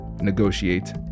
negotiate